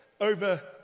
over